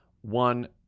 One